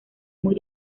muy